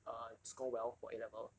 err score well for A level